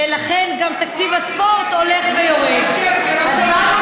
ולכן גם תקציב הספורט הולך ויורד, באנו